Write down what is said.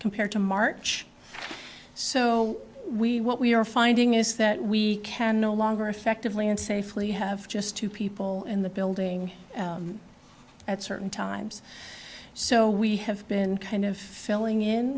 compared to march so we what we are finding is that we can no longer effectively and safely have just two people in the building at certain times so we have been kind of filling in